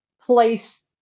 place